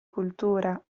cultura